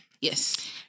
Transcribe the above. Yes